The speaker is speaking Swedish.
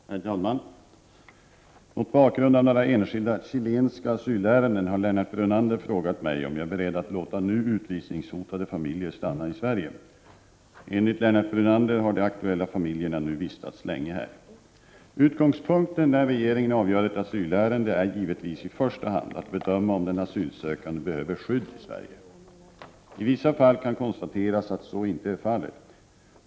Herr talman! Mot bakgrund av några enskilda chilenska asylärenden har Lennart Brunander frågat mig om jag är beredd att låta nu utvisningshotade familjer stanna i Sverige. Enligt Lennart Brunander har de aktuella familjerna vistats länge här. Utgångspunkten när regeringen avgör ett asylärende är givetvis i första hand att bedöma om den asylsökande behöver skydd i Sverige. I vissa fall kan konstateras att så inte är fallet.